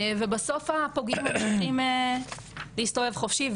ובסוף הפוגעים ממשיכים להסתובב חופשי,